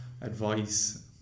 Advice